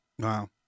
Wow